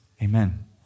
Amen